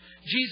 Jesus